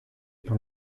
par